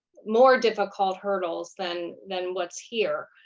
more difficult hurdles than than what's here.